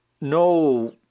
no